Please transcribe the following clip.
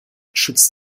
schützt